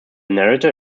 narrator